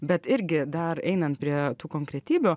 bet irgi dar einant prie tų konkretybių